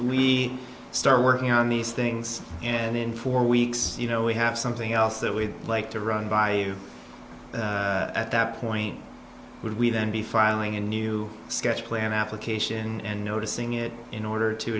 we start working on these things and in four weeks you know we have something else that we'd like to run by you at that point would we then be filing a new sketch plan application and noticing it in order to